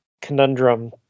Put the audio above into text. conundrum